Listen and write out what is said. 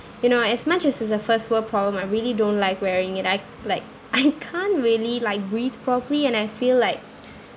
you know as much as it's a first world problem I really don't like wearing it I like I can't really like breathe properly and I feel like